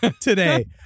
today